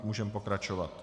Můžeme pokračovat.